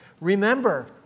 Remember